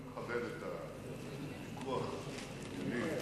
אני מכבד את הוויכוח הענייני,